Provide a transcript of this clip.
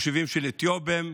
יישובים של אתיופים,